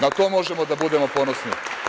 Na to možemo da budemo ponosni.